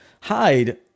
hide